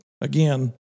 again